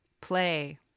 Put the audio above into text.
play